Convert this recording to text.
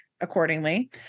accordingly